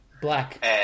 Black